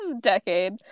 decade